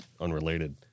unrelated